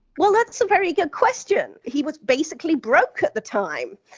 well, that's a very good question. he was basically broke at the time.